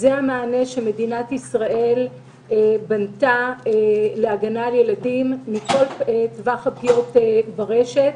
זה המענה שמדינת ישראל בנתה להגנה על ילדים מכל טווח הפגיעות ברשת,